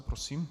Prosím.